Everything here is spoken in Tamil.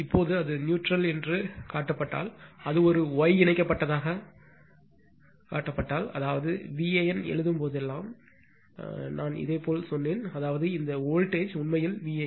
எனவே இப்போது அது நியூட்ரல் என்று காட்டப்பட்டால் அது ஒரு Y இணைக்கப்பட்டதாக காட்டப்பட்டால் அதாவது Vanஎழுதும் போதெல்லாம் இதேபோல் சொன்னேன் அதாவது இந்த வோல்ட்டேஜ் உண்மையில் Van